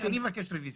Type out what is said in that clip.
אני מבקש רביזיה.